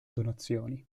donazioni